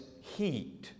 heat